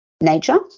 nature